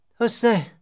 Usne